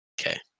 Okay